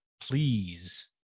please